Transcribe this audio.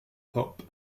pope